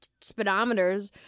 speedometers